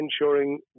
ensuring